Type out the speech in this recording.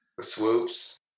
swoops